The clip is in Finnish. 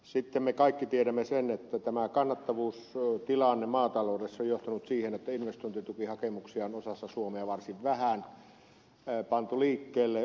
sitten me kaikki tiedämme sen että tämä kannattavuustilanne maataloudessa on johtanut siihen että investointitukihakemuksia on osassa suomea varsin vähän pantu liikkeelle